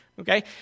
Okay